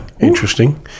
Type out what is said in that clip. Interesting